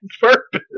purpose